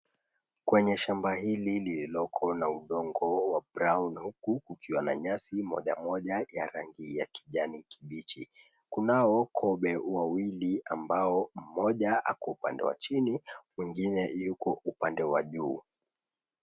Kwenye shamba hili lililoko na udongo wa brown huku ukiwa na nyasi moja moja ya rangi ya kijani kibichi, kunao kobe wawili ambao mmoja ako upande wa chini mwingine yuko upande wa juu.